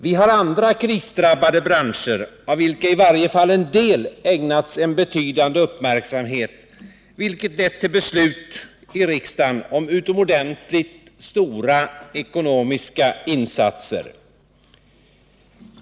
Vi har andra krisdrabbade branscher, av vilka i varje fall en del har ägnats en betydande uppmärksamhet, något som lett till beslut i riksdagen om utomordentligt stora ekonomiska insatser.